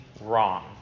Wrong